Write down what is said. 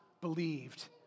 believed